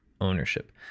ownership